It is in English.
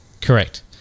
Correct